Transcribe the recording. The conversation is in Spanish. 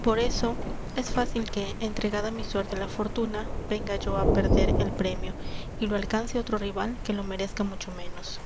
por eso es fácil que entregada mi suerte á la fortuna venga yo á perder el premio y lo alcance otro rival que lo merezca mucho menos